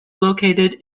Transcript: located